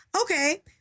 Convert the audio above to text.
okay